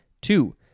Two